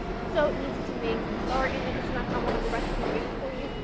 so easy to make laurainthekitchen dot com will have the recipe waiting for you,